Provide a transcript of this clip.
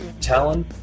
Talon